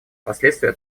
последствия